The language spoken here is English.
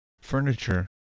furniture